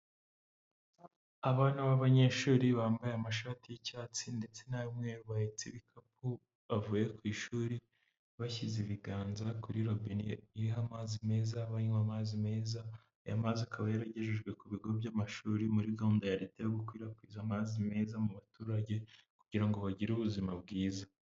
Abana b'abanyeshuri bambaye amashati y'icyatsi ndetse n'ay'umweru, bahetse ibikapu, bavuye ku ishuri, bashyize ibiganza kuri robine iriho amazi meza, banywa amazi meza, aya mazi akaba yaragejejwe ku bigo by'amashuri muri gahunda ya Leta yo gukwirakwiza amazi meza mu baturage, kugira ngo bagire ubuzima bwiza.